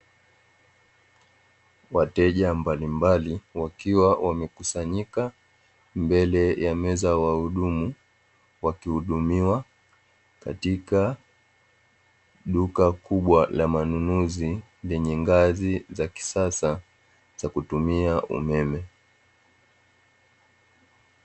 Wateja mbalimbali wakiwa wamekusanyika mbele ya meza ya wahudumu, wakihudumiwa katika duka kubwa la manunuzi, lenye ngazi za kisasa za kutumia umeme.